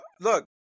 look